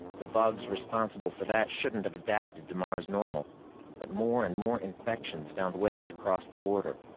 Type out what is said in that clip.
the bugs responsible for that shouldn't have adapted to mars-normal. but more and more infections found ways to cross the border.